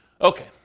Okay